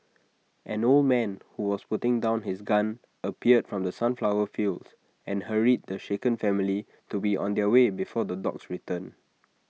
an old man who was putting down his gun appeared from the sunflower fields and hurried the shaken family to be on their way before the dogs return